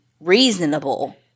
reasonable